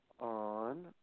On